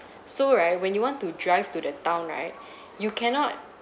so right when you want to drive to the town right you cannot